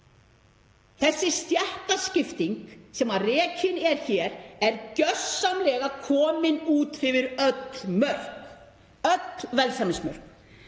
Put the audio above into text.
Þessi stéttaskipting sem rekin er hér er gjörsamlega komin út yfir öll mörk, öll velsæmismörk.